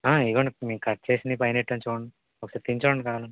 ఇదిగోండి ఇప్పుడు మేము కట్ చేసినవి పైన పెట్టాను చూడండి ఒకసారి తిని చూడండి కావాలంటే